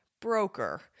broker